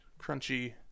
Crunchy